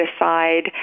aside